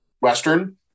Western